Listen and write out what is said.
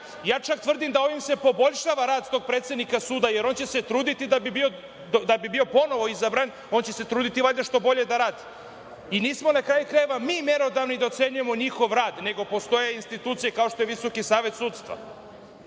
Ja čak tvrdim da se ovim poboljšava rad tog predsednika suda, jer da bi bio ponovo izabran, on će se truditi valjda što bolje da radi. Na kraju krajeva, nismo mi merodavni da ocenjujemo njihov rad, nego postoje institucije kao što je Visoki savet sudstva.